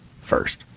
first